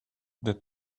that